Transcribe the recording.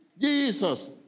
Jesus